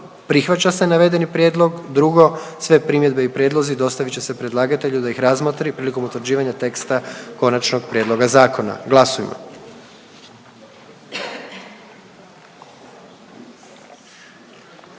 dostavi sudskih pismena; i 2. Sve primjedbe i prijedlozi dostavit će se predlagatelju da ih razmotri prilikom utvrđivanja teksta konačnog prijedloga zakona. Molim glasujmo.